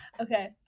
okay